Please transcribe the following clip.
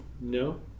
No